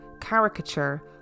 caricature